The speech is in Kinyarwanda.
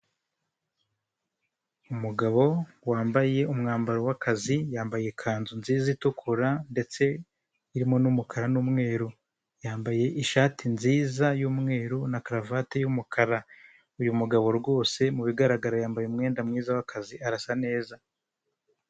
Umugabo wambaye umwambaro w'akazi, yambaye ikanzu nziza itukura ndetse irimo umukara n'umweru, yambaye ishati nziza y'umweru na karuvati y'umukara. Uyu mugabo rwose mu bigaragara yambaye umwenda mwiza w'akazi arasa neza.